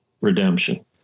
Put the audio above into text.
Redemption